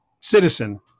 citizen